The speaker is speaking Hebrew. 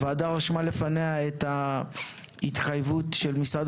הוועדה רשמה לפניה את ההתחייבות של משרד